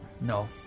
No